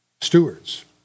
stewards